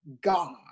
God